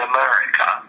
America